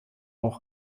auch